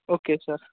okay sir